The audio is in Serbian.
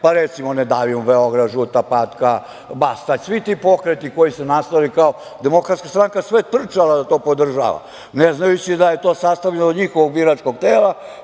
Recimo, „Ne davimo Beograd“, „Žuta patka“, Bastać, svi ti pokreti koji su nastali. Demokratska stranka je sve trčala da to podržava, ne znajući da je to sastavljeno od njihovog biračkog tela.